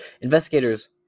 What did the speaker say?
Investigators